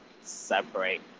separate